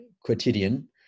quotidian